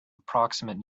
approximate